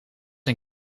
een